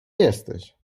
jesteś